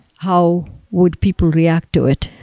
how would people react to it?